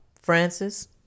Francis